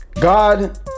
God